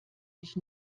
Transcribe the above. sich